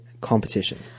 competition